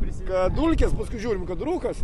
kad dulkės paskui žiūrim kad rūkas